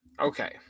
Okay